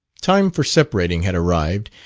time for separating had arrived,